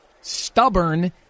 stubborn